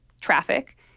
traffic